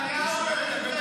נתניהו הרים את היד.